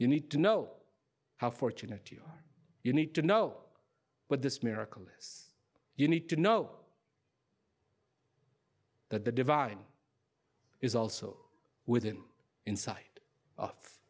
but you need to know how fortunate you are you need to know what this miracle is you need to know that the divine is also within insi